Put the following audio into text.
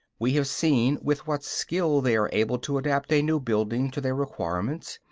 we have seen with what skill they are able to adapt a new building to their requirements,